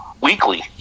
weekly